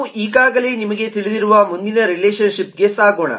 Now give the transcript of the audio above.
ನಾವು ಈಗಾಗಲೇ ನಿಮಗೆ ತಿಳಿದಿರುವ ಮುಂದಿನ ರಿಲೇಶನ್ ಶಿಪ್ಗೆ ಸಾಗೋಣ